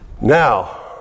Now